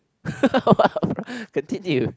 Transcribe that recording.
continue